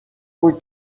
were